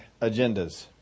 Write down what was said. agendas